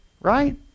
right